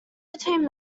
between